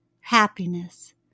happiness